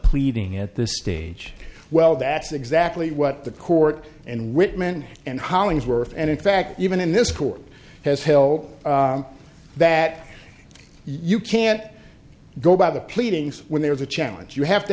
pleading at this stage well that's exactly what the court and whitman and hollingsworth and in fact even in this court has held that you can't go by the pleadings when there is a challenge you have to